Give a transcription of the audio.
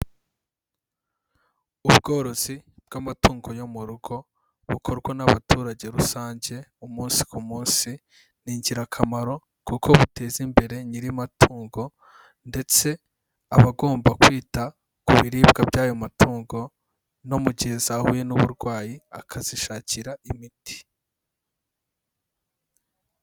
Ubworozi bw'amatungo yo mu rugo bukorwa n'abaturage rusange umunsi ku munsi, ni ingirakamaro kuko bu biteza imbere nyiri matungo ndetse aba agomba kwita ku biribwa by'ayo matungo no mu gihe zahuye n'uburwayi akazishakira imiti.